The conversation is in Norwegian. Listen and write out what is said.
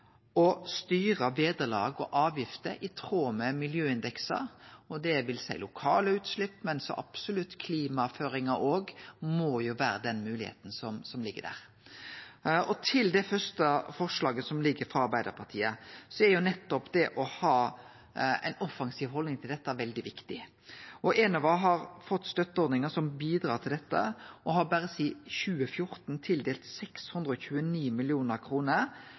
å styre vederlag og avgifter i tråd med miljøindeksar. Det vil seie lokale utslepp, og klimaføringar må absolutt òg vere moglegheita som ligg der. Til det første forslaget frå Arbeidarpartiet så er jo nettopp det å ha ei offensiv haldning til dette veldig viktig. Enova har fått støtteordningar som bidreg til dette, og har berre sidan 2014 tildelt 629